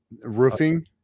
roofing